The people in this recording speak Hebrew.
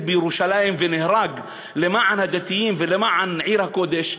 בירושלים ונהרג למען הדתיים ולמען עיר הקודש,